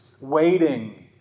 waiting